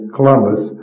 Columbus